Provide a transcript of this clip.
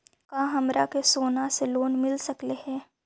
का हमरा के सोना से लोन मिल सकली हे?